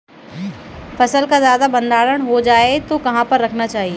फसल का ज्यादा भंडारण हो जाए तो कहाँ पर रखना चाहिए?